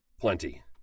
Plenty